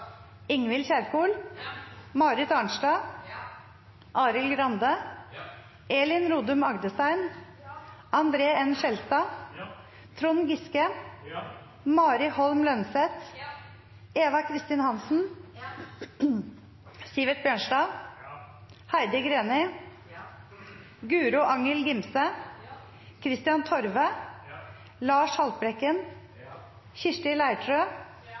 Ingvild Kjerkol, Marit Arnstad, Arild Grande, Elin Rodum Agdestein, André N. Skjelstad, Trond Giske, Mari Holm Lønseth, Eva Kristin Hansen, Sivert Bjørnstad, Heidi Greni, Guro Angell Gimse, Kristian Torve, Lars Haltbrekken, Kirsti